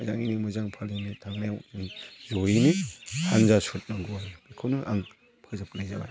मोजाङैनो मोजां फालिनो थांनायाव जयैनो हान्जा सुरनांगौ आरो बेखौनो आं फोजोबनाय जाबाय